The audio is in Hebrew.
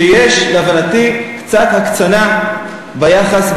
שיש להבנתי קצת הקצנה ביחס,